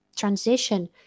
transition